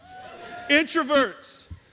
Introverts